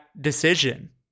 decision